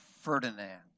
Ferdinand